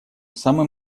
самым